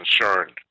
concerned